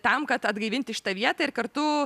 tam kad atgaivinti šitą vietą ir kartu